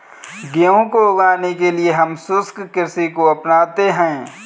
गेहूं को उगाने के लिए हम शुष्क कृषि को अपनाते हैं